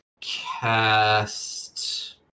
cast